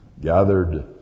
gathered